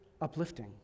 uplifting